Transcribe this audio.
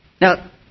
Now